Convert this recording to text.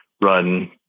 run